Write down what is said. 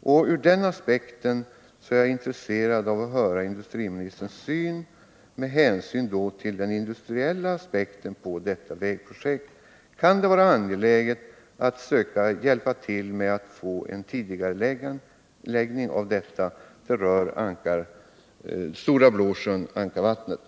och jag är intresserad av att höra industriministerns syn på detta vägprojekt med hänsyn till den industriella aspekten. Kan det vara angeläget att söka hjälpa till med att få en tidigareläggning av detta projekt som rör Stora Blåsjön och Ankarvattnet?